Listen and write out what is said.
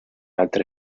altre